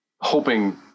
hoping